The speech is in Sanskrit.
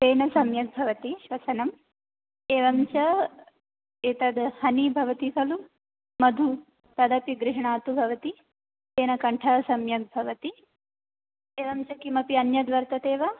तेन सम्यक् भवति श्वसनम् एवं च एतद् हनि भवति खलु मधु तदपि गृह्णातु भवती तेन कण्ठः सम्यक् भवति एवं च किमपि अन्यद् वर्तते वा